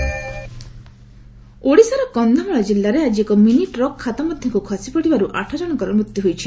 Odisha accident ଓଡ଼ିଶାର କନ୍ଧମାଳ ଜିଲ୍ଲାରେ ଆଜି ଏକ ମିନି ଟ୍ରକ୍ ଖାତ ମଧ୍ୟକୁ ଖସି ପଡ଼ିବାରୁ ଆଠ ଜଣଙ୍କର ମୃତ୍ୟୁ ହୋଇଛି